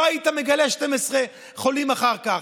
לא היית מגלה 12 חולים אחר כך.